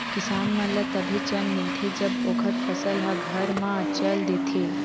किसान मन ल तभे चेन मिलथे जब ओखर फसल ह घर म चल देथे